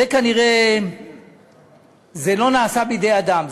זה לא נעשה בידי אדם.